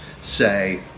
say